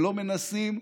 ולא מנסים,